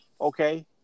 Okay